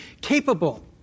capable